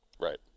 Right